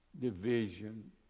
division